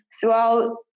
throughout